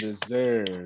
deserve